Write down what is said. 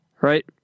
right